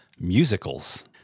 musicals